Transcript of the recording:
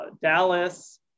Dallas